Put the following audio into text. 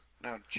Now